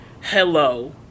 Hello